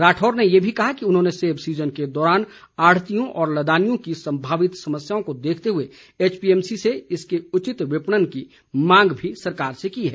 राठौर ने ये भी कहा कि उन्होंने सेब सीजन के दौरान आढ़तियों और लदानियों की संभावित समस्याओं को देखते हुए एचपीएमसी से इसके उचित विपणन की मांग भी सरकार से की है